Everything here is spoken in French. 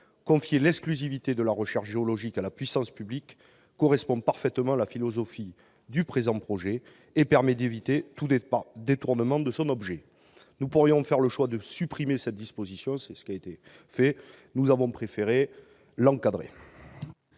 Confier l'exclusivité de la recherche géologique à la puissance publique correspond parfaitement à la philosophie du présent projet de loi et permet d'éviter tout détournement de son objet. Nous pourrions faire le choix de supprimer cette disposition ; nous préférons l'encadrer.